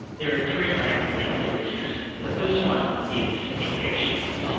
there are three main health risks the first one is infections,